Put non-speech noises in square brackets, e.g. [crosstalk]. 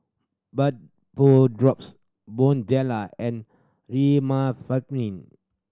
Vapodrops [unintelligible] and [unintelligible]